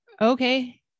okay